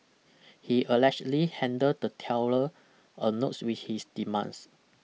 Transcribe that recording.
he allegedly handed the teller a notes with his demands